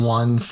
one